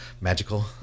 magical